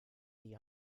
die